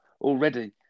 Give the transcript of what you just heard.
already